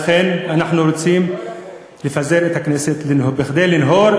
לכן אנחנו רוצים לפזר את הכנסת כדי לנהור,